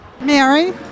Mary